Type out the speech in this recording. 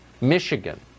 Michigan